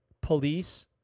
police